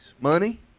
Money